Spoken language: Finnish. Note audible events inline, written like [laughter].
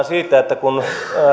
[unintelligible] siitä että kun